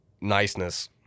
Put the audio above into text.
niceness